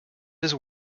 his